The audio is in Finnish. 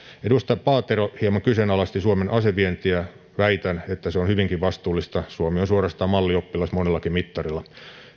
edustaja paatero hieman kyseenalaisti suomen asevientiä väitän että se on hyvinkin vastuullista suomi on suorastaan mallioppilas monellakin mittarilla